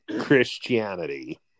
Christianity